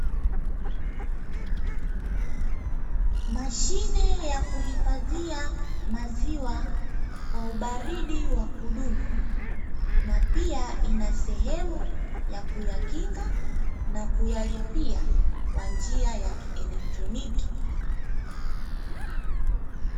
Mashine ya kuhifadhia, maziwa kwa ubaridi wa kudumu na pia ina sehemu ya kuyakinga na kuyalipia kwa njia ya electroniki.